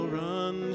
run